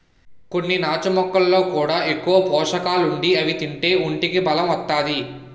కొన్ని నాచు మొక్కల్లో కూడా ఎక్కువ పోసకాలుండి అవి తింతే ఒంటికి బలం ఒత్తాది